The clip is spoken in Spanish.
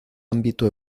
ámbito